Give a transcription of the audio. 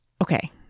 okay